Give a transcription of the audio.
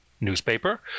newspaper